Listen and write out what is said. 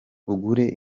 ugure